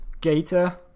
Gator